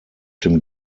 dem